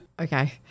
okay